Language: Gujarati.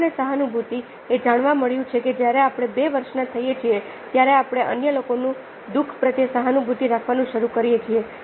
ઉંમર અને સહાનુભૂતિ એ જાણવા મળ્યું છે કે જ્યારે આપણે બે વર્ષના થઈએ છીએ ત્યારે આપણે અન્ય લોકોના દુઃખ પ્રત્યે સહાનુભૂતિ રાખવાનું શરૂ કરીએ છીએ